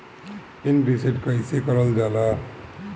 Pin reset कईसे करल जाला?